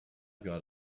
got